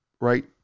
right